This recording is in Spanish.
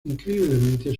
increíblemente